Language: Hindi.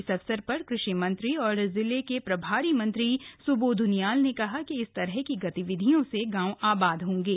इस अवसर पर कृषि मंत्री और जिले के प्रभारी मंत्री सुंबोध उनियाल ने कहा कि इस तरह की गतिविधियों से गांव आबाद होंगे